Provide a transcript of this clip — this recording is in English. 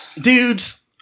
dudes